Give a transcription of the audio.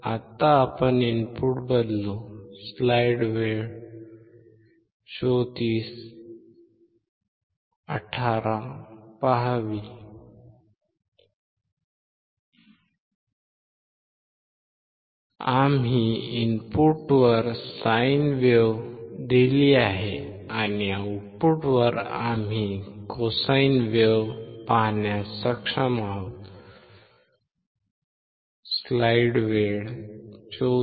आता आपण इनपुट बदलू आम्ही इनपुटवर साइन वेव्ह दिली आहे आणि आउटपुटवर आम्ही कोसाइन वेव्ह पाहण्यास सक्षम आहोत